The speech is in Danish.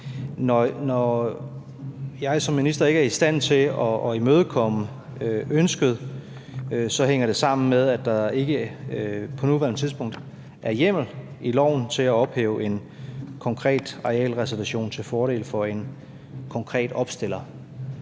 Når jeg som minister ikke er i stand til at imødekomme ønsket, hænger det sammen med, at der ikke på nuværende tidspunkt er hjemmel i loven til at ophæve en konkret arealreservation til fordel for en konkret opstiller.